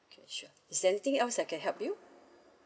okay sure is there anything else I can help you